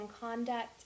conduct